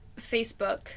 Facebook